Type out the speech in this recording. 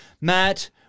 Matt